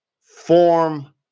form